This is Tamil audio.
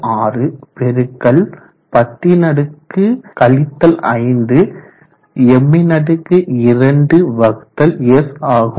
6 பெருக்கல் 10 5 m2s ஆகும்